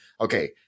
okay